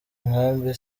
nkambi